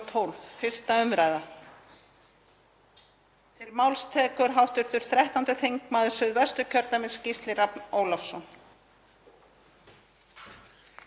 Frú forseti. Hér er örstutt lítið frumvarp um breytingar á barnalögum,